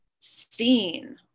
seen